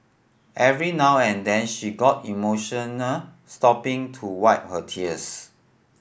every now and then she got emotional stopping to wipe her tears